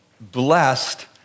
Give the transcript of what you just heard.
blessed